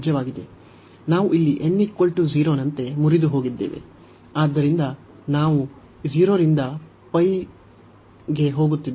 ನಾವು ಇಲ್ಲಿ n 0 ನಂತೆ ಮುರಿದುಬಿಟ್ಟಿದ್ದೇವೆ ಆದ್ದರಿಂದ ನಾವು 0 ರಿಂದ ಗೆ ಹೋಗುತ್ತಿದ್ದೇವೆ